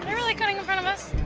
really cutting in front of us?